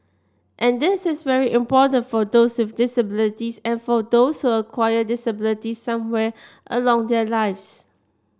and this is very important for those with disabilities and for those acquire disabilities somewhere along their lives